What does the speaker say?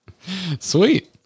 Sweet